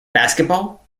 basketball